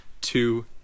two